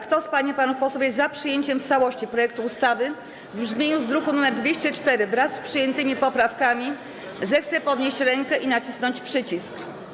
Kto z pań i panów posłów jest za przyjęciem w całości projektu ustawy w brzmieniu z druku nr 204, wraz z przyjętymi poprawkami, zechce podnieść rękę i nacisnąć przycisk.